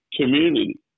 community